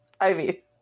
Ivy